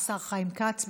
השר חיים כץ,